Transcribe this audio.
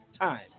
time